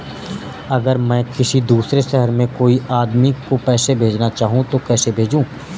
अगर मैं किसी दूसरे शहर में कोई आदमी को पैसे भेजना चाहूँ तो कैसे भेजूँ?